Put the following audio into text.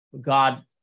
God